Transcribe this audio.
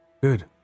Good